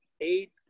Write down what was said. eight